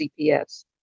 CPS